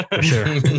Sure